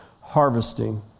harvesting